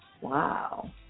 Wow